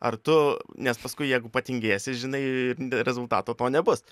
ar tu nes paskui jeigu patingėsi žinai rezultato to nebus